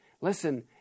listen